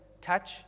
touch